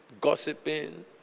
gossiping